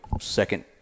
second